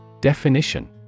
Definition